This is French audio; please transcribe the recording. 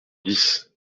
dix